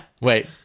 Wait